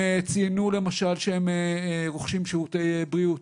הם ציינו למשל שהם רוכשים שירותי בריאות,